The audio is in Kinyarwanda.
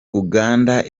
uganda